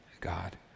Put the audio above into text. God